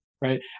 right